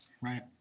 Right